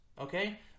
okay